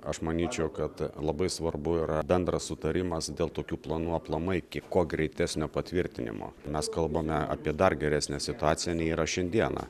aš manyčiau kad labai svarbu yra bendras sutarimas dėl tokių planų aplamai kaip kuo greitesnio patvirtinimo mes kalbame apie dar geresnę situaciją nei yra šiandieną